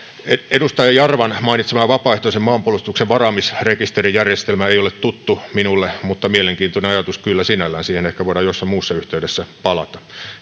edustaja jarvan mainitsema vapaaehtoisen maanpuolustuksen varaamisrekisterijärjestelmä ei ole tuttu minulle mutta mielenkiintoinen ajatus kyllä sinällään siihen ehkä voidaan jossain muussa yhteydessä palata